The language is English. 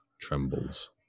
trembles